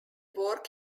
work